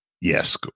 Yes